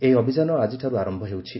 ଏହି ଅଭିଯାନ ଆଜିଠାରୁ ଆରମ୍ଭ ହେଉଛି